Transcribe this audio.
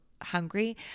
hungry